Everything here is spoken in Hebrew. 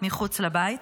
מחוץ לבית.